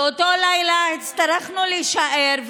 באותו לילה הצטרכנו להישאר,